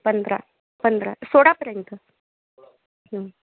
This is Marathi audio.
पंधरा पंधरा सोळापर्यंत